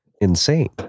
insane